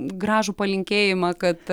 gražų palinkėjimą kad